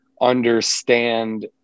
understand